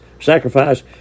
sacrifice